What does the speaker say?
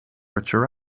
richer